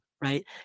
right